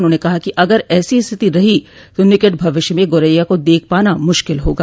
उन्होंने कहा कि अगर ऐसी स्थिति रही तो निकट भविष्य में गोरैया को देख पाना मुश्किल होगा